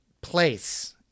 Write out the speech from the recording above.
place